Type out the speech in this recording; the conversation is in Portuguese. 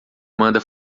manda